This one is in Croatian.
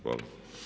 Hvala.